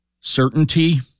certainty